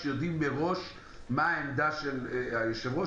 כשיודעים מראש מה העמדה של היושב-ראש?